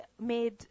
made